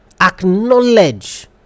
acknowledge